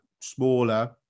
smaller